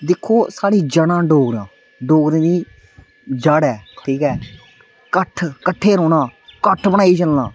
ऐ दिक्खो स्हाड़ी जड़ां डोगरा डोगरें दी जड़ ऐ ठीक ऐ कट्ठ कट्ठे रौह्ना कट्ठ बनाइये चलना